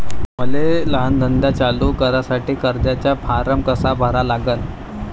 मले लहान धंदा चालू करासाठी कर्जाचा फारम कसा भरा लागन?